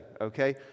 okay